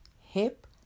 hip